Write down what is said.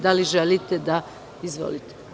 Da li želite reč? (Da.) Izvolite.